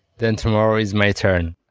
then tomorrow is my turn